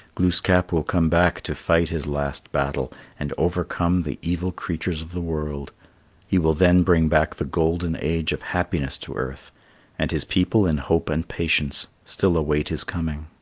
glooskap will come back to fight his last battle and overcome the evil creatures of the world he will then bring back the golden age of happiness to earth and his people in hope and patience still await his coming.